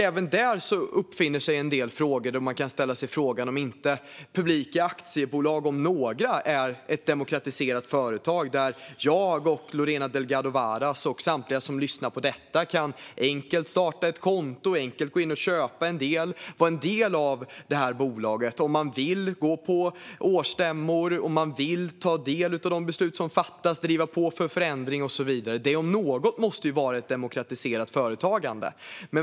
Även där infinner sig frågan om inte ett publikt aktiebolag, om något, är ett demokratiserat företag där jag och Lorena Delgado Varas och samtliga som lyssnar enkelt kan öppna ett konto och köpa aktier, vara en del av bolaget, gå på årsstämmor, ta del av de beslut som fattas, driva på för förändring och så vidare. Det, om något, måste vara ett demokratiserat företagande.